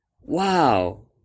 Wow